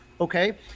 okay